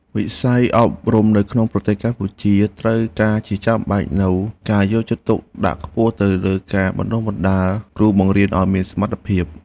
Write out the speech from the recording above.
វិស័យអប់រំនៅក្នុងប្រទេសកម្ពុជាត្រូវការជាចាំបាច់នូវការយកចិត្តទុកដាក់ខ្ពស់ទៅលើការបណ្តុះបណ្តាលគ្រូបង្រៀនឱ្យមានសមត្ថភាព។